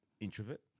introvert